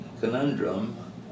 conundrum